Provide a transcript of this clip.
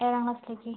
ഏഴാം ക്ലാസ്സിലേക്ക്